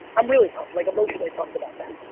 i'm really pumped, like emotionally pumped about that.